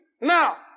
Now